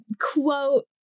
quote